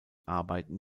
arbeiten